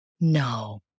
No